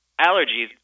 allergies